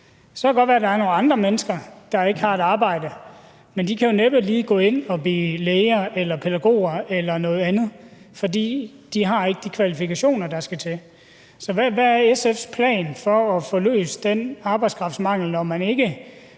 det godt være, at der er nogle andre mennesker, der ikke har et arbejde, men de kan jo næppe lige gå ind at blive læger eller pædagoger eller noget andet, for de har ikke de kvalifikationer, der skal til. Så hvad er SF's plan for at få løst den arbejdskraftmangel, når man ikke